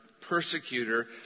persecutor